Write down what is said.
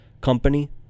Company